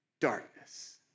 darkness